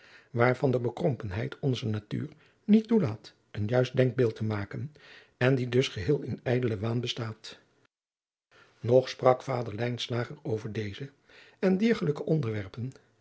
waarvan de bekrompenheid onzer natuur niet toelaat een juist denkbeeld te maken en die dus geheel in ijdelen waan bestaat nog sprak vader lijnslager over deze en diergelijke onderwerpen